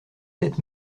cette